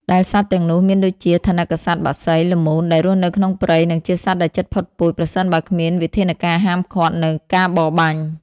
ដែលសត្វទាំងនោះមានដូចជា ថនិកសត្វ បក្សី ល្មូនដែលរស់នៅក្នុងព្រៃ និងជាសត្វដែលជិតផុតពូជ ប្រសិនបើគ្មានវិធានការហាមឃាត់នៅការបរបាញ់។